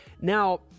Now